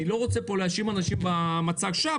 אני לא רוצה להאשים אנשים במצג שווא,